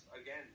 Again